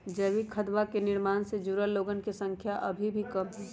जैविक खदवा के निर्माण से जुड़ल लोगन के संख्या अभी भी कम हई